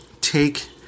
take